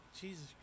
Jesus